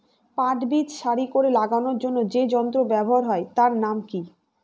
পাট বীজ সারি করে লাগানোর জন্য যে যন্ত্র ব্যবহার হয় তার নাম কি?